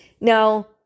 Now